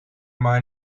mij